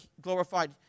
glorified